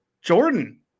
Jordan